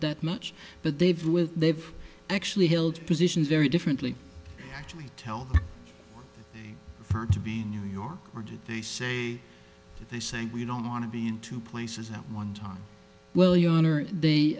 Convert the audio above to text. that much but they've with they've actually held positions very differently actually tell to be new york or did they say they sang we don't want to be in two places at one time well your honor they